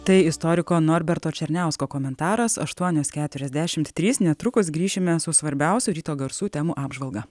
tai istoriko norberto černiausko komentaras aštuonios keturiasdešimt trys netrukus grįšime su svarbiausių ryto garsų temų apžvalga